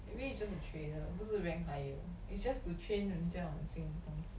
maybe is just a trainer 不是 rank higher it's just to train 人家 on 新的东西